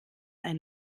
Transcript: ein